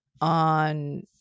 on